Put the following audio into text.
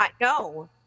No